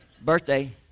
Birthday